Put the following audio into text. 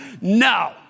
No